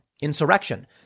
insurrection